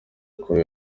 kuri